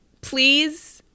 Please